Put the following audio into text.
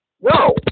No